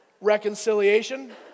reconciliation